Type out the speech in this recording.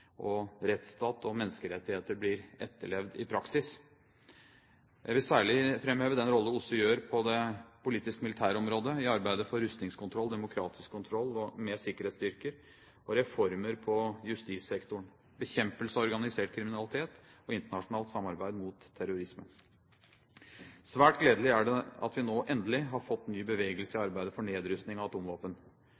demokrati, rettsstat og menneskerettigheter blir etterlevd i praksis. Jeg vil særlig framheve den rolle OSSE spiller på det politisk-militære området i arbeidet for rustningskontroll, demokratisk kontroll med sikkerhetsstyrker, reformer på justissektoren, bekjempelse av organisert kriminalitet og internasjonalt samarbeid mot terrorisme. Svært gledelig er det at vi nå, endelig, har fått ny bevegelse i